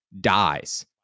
dies